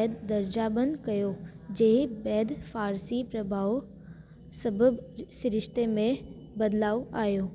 ऐं दर्जाबंदि कयो जंहिं बैदि फ़ारसी प्रभाउ सबबि सिरिश्ते में बदिलाउ आहियो